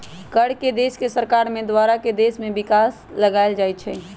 कर के देश के सरकार के द्वारा देश के विकास में लगाएल जाइ छइ